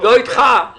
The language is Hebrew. לא הלכתי אתך לשום מקום.